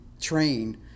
train